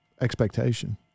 expectation